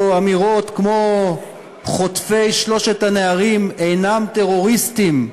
או אמירות כמו "חוטפי שלושת הנערים אינם טרוריסטים",